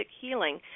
healing